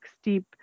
steep